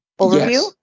overview